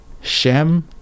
Shem